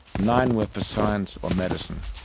nine were for science or medicine.